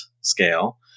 scale